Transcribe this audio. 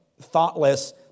thoughtless